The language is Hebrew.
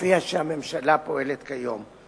כפי שהממשלה פועלת כיום.